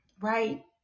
Right